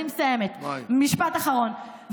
אני מסיימת, משפט אחרון.